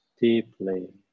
deeply